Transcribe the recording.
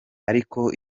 ariko